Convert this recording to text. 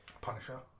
Punisher